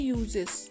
uses